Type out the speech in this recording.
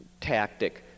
tactic